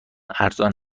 ارزان